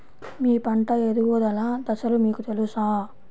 మీ పంట ఎదుగుదల దశలు మీకు తెలుసా?